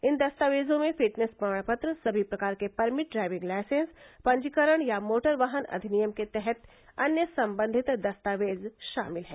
इन दस्तावेजों में फिटनेस प्रमाण पत्र सभी प्रकार के परमिट ड्राइविंग लाइसेंस पंजीकरण या मोटर वाहन अधिनियम के तहत अन्य संबंधित दस्तावेज शामिल हैं